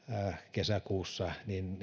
kesäkuussa